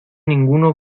ninguno